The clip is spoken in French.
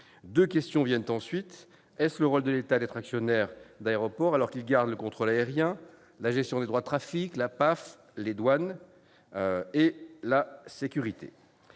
Deux questions viennent ensuite. D'abord, est-ce le rôle de l'État d'être actionnaire d'aéroports, alors qu'il garde le contrôle aérien, la gestion des droits de trafic, la police aux frontières, la douane et la sécurité ?